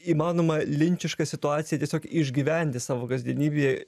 įmanoma linčiška situacija tiesiog išgyventi savo kasdienybėje